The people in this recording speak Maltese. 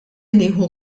nieħu